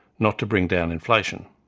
not to bring down inflation.